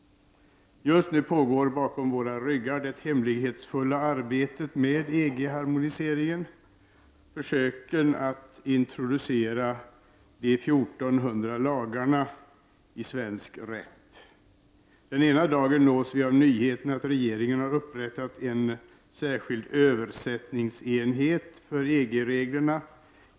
Just nu pågår bakom våra ryggar det hemlighetsfulla arbetet med EG-harmoniseringen, försöken att introducera de 1 400 lagarna i svensk rätt. Ena dagen nås vi av nyheten att regeringen upprättat en särskild översättningsenhet för EG-reglerna.